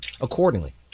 accordingly